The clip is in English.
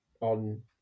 on